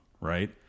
right